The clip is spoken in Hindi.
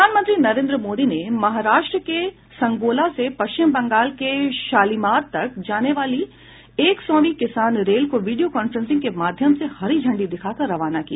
प्रधानमंत्री नरेन्द्र मोदी ने महाराष्ट्र के संगोला से पश्चिम बंगाल के शालीमार तक जाने वाली एक सौवीं किसान रेल को वीडियो कांफ्रेंसिंग के माध्यम से हरी झंडी दिखाकर रवाना किया